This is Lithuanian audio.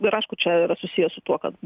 ir aišku čia yra susiję su tuo kad